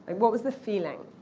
and what was the feeling?